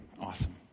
Awesome